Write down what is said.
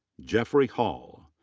jeffrey hall.